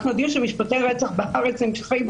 אנחנו יודעים שמשפטי רצח בארץ נמשכים